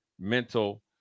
mental